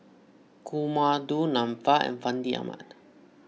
Kumar Du Nanfa and Fandi Ahmad